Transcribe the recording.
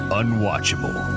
unwatchable